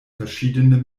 verschiedene